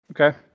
Okay